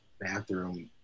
bathroom